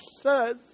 says